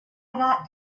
got